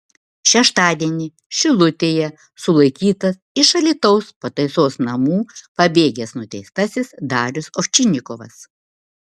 šeštadienį šilutėje sulaikytas iš alytaus pataisos namų pabėgęs nuteistasis darius ovčinikovas